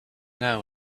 know